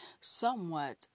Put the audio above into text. somewhat